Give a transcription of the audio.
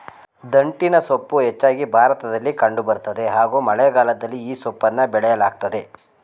ದಂಟಿನಸೊಪ್ಪು ಹೆಚ್ಚಾಗಿ ಭಾರತದಲ್ಲಿ ಕಂಡು ಬರ್ತದೆ ಹಾಗೂ ಮಳೆಗಾಲದಲ್ಲಿ ಈ ಸೊಪ್ಪನ್ನ ಬೆಳೆಯಲಾಗ್ತದೆ